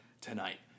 tonight